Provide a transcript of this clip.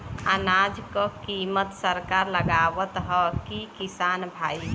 अनाज क कीमत सरकार लगावत हैं कि किसान भाई?